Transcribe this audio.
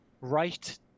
right